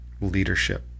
Leadership